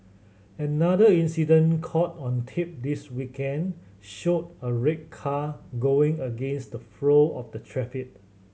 another incident caught on tape this weekend showed a red car going against the flow of the traffic